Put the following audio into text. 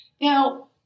Now